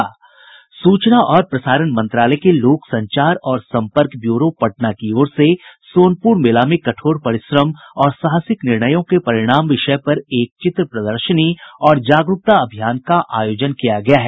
सूचना और प्रसारण मंत्रालय के लोक संचार और संपर्क ब्यूरो पटना की ओर से सोनपुर मेला में कठोर परिश्रम और साहसिक निर्णयों के परिणाम विषय पर एक चित्र प्रदर्शनी और जागरूकता अभियान का आयोजन किया गया है